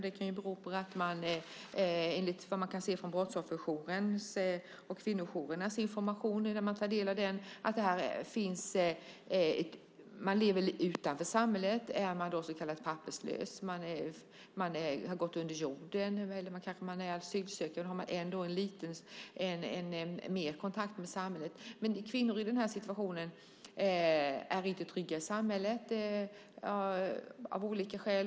Det kan bero på att många av dessa kvinnor enligt vad som kan utläsas ur brottsofferjourens och kvinnojourernas information lever utanför samhället, är papperslösa och har gått under jorden. Är man asylsökande har man lite mer kontakt med samhället. Kvinnor i den här situationen är inte trygga i samhället av olika skäl.